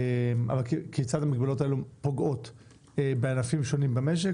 כיצד המגבלות הללו פוגעות בענפים שונים במשק,